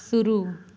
शुरू